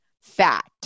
fat